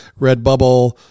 Redbubble